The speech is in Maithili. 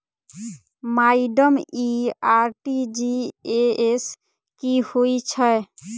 माइडम इ आर.टी.जी.एस की होइ छैय?